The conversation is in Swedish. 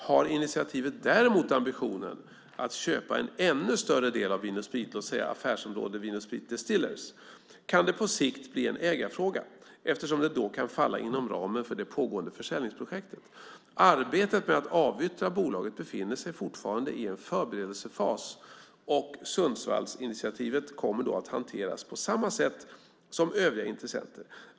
Har initiativet däremot ambitionen att köpa en ännu större del av Vin & Sprit, låt säga affärsområdet Vin & Sprit Distillers, kan det på sikt bli en ägarfråga eftersom det då kan falla inom ramen för det pågående försäljningsprojektet. Arbetet med att avyttra bolaget befinner sig fortfarande i en förberedelsefas. Sundsvallsinitiativet kommer då att hanteras på samma sätt som övriga intressenter.